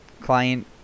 client